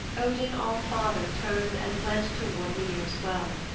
odin all-father turned and went toward mimir's well.